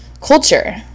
culture